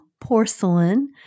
porcelain